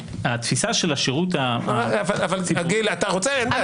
התפיסה של השירות --- גיל, אתה רוצה אין בעיה.